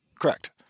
Correct